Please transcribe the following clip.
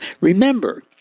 Remember